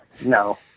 No